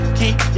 keep